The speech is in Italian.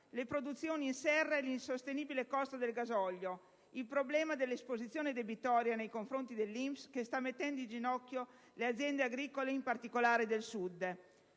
le produzioni in serra e l'insostenibile costo del gasolio, il problema dell'esposizione debitoria nei confronti dell'INPS, che sta mettendo in ginocchio le aziende agricole, in particolare del Sud,